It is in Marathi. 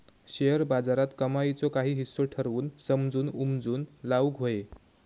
शेअर बाजारात कमाईचो काही हिस्सो ठरवून समजून उमजून लाऊक व्हये